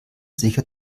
sicher